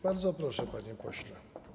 Bardzo proszę, panie pośle.